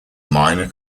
minor